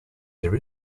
there